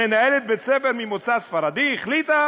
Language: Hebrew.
מנהלת בית ספר ממוצא ספרדי החליטה